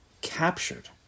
Captured